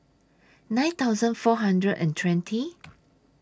nine thousand four hundred and twenty